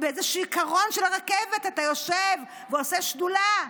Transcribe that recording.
באיזשהו קרון של הרכבת, אתה יושב ועושה שדולה,